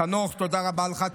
חנוך, תודה רבה לך.